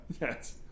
Yes